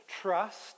trust